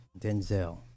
Denzel